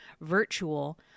virtual